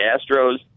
Astros